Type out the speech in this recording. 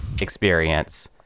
experience